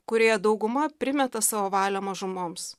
kurioje dauguma primeta savo valią mažumoms